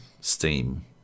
Steam